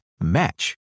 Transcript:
match